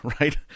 Right